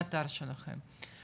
מהאתר שלכם.